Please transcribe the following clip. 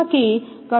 3162 છે